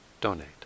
donate